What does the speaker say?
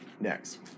next